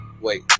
Wait